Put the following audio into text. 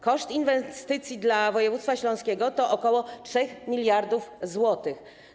Koszt inwestycji dla województwa śląskiego to ok. 3 mld zł.